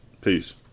Peace